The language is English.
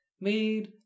made